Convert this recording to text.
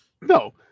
no